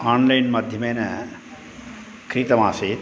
online माध्यमेन क्रीतमासीत्